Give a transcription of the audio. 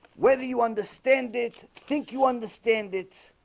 whether you understand it think you understand it